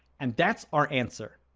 and that's our answer.